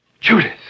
Judith